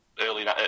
early